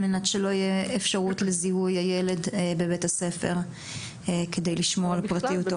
על מנת שלא תהיה אפשרות לזיהוי הילד בבית הספר כדי לשמור על פרטיותו.